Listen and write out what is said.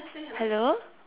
hello